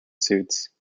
suits